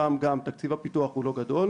שם גם תקציב הפיתוח הוא לא גדול,